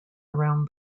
around